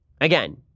Again